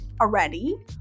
already